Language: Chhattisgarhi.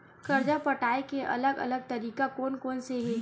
कर्जा पटाये के अलग अलग तरीका कोन कोन से हे?